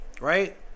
right